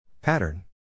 Pattern